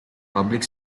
public